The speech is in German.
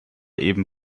eben